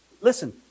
Listen